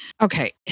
Okay